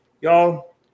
y'all